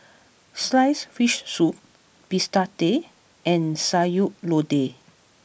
Sliced Fish Soup Bistake and Sayur Lodeh